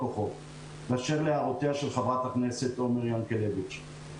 באשר להערותיה של חברת הכנסת עומר ינקלביץ.